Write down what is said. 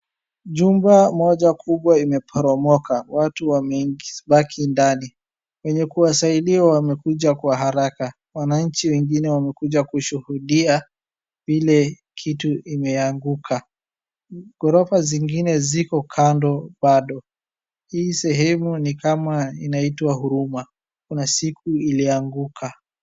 Jumba moja kubwa imeporomoka watu wamebaki ndani wenye kuwasaidia wamekuja kwa haraka wananchi wengine wamekuja kushuhudia vile kitu imeanguka. Ghorofa zingine ziko kando bado hii sehemu ni kama inaitwa huruma kuna siku ilianguka.